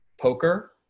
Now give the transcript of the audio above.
poker